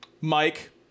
Mike